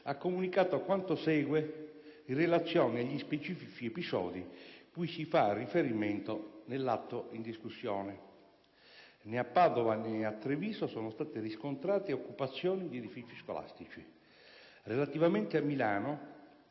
ha comunicato quanto segue in relazione agli specifici episodi cui si fa riferimento nell'atto in discussione. Né a Padova né a Treviso sono state riscontrate occupazioni di edifici scolastici. Relativamente a Milano,